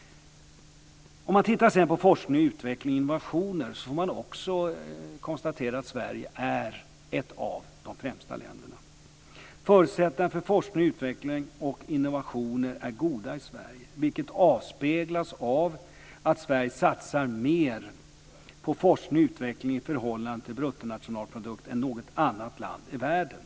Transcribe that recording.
Om man tittar på forskning och utveckling och innovationer får man också konstatera att Sverige är ett av de främsta länderna. Förutsättningarna för forskning och utveckling och innovationer är goda i Sverige, vilket avspeglas i att Sverige satsar mer på forskning och utveckling i förhållande till bruttonationalprodukten än något annat land i världen.